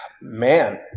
Man